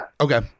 Okay